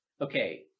okay